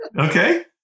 Okay